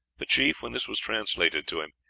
the chief, when this was translated to him,